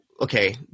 okay